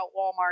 Walmart